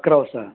अकरा वाजता